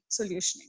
solutioning